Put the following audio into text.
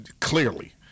Clearly